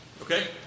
Okay